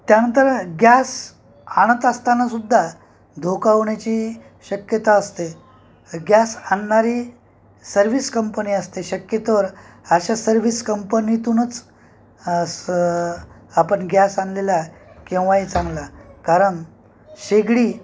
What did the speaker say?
त्यानंतर गॅस आणत असतानासुद्धा धोका होण्याची शक्यता असते गॅस आणणारी सर्व्हिस कंपनी असते शक्यतोवर अशा सर्व्हिस कंपनीतूनच अस आपण गॅस आणलेला केव्हाही चांगला कारण शेगडी